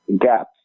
gaps